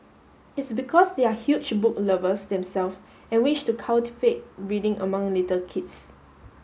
it's because they are huge book lovers themself and wish to cultivate reading among little kids